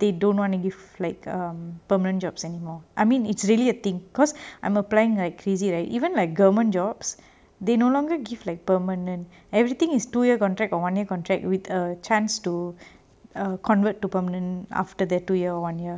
they don't want to give like um permanent jobs anymore I mean it's really a thing cause I'm applying like crazy right even like government jobs they no longer give like permanent everything is two year contract or one year contract with a chance to a convert to permanent after the two year one year